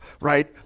right